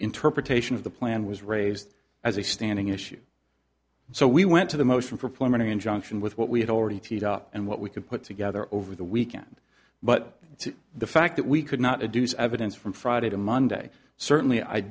interpretation of the plan was raised as a standing issue so we went to the motion for pulmonary injunction with what we had already teed up and what we could put together over the weekend but the fact that we could not educe evidence from friday to monday certainly i